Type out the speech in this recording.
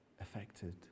affected